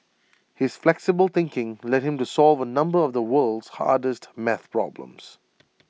his flexible thinking led him to solve A number of the world's hardest math problems